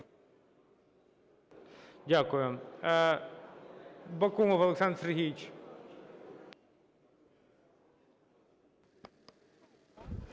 Дякую. Бакумов Олександр Сергійович.